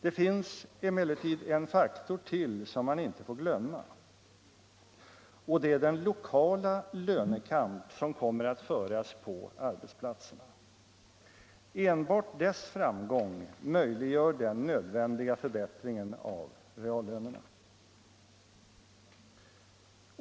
Det finns emellertid en faktor till som man inte får glömma och det är den lokala lönekamp som kommer att föras på arbetsplatserna. Enbart dess framgång möjliggör den nödvändiga förbättringen av reallönerna.